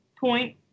point